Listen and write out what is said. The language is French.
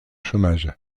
chômage